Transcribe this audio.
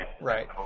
Right